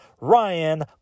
Ryan